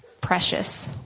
precious